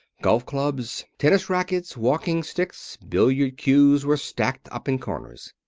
golf clubs, tennis rackets, walking sticks, billiard cues were stacked up in corners.